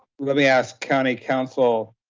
let me ask county counsel,